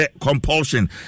compulsion